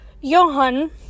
Johan